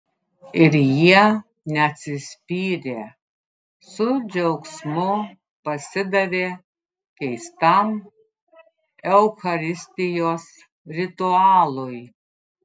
ir jie neatsispyrė su džiaugsmu pasidavė keistam eucharistijos ritualui